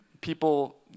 people